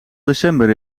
december